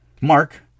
Mark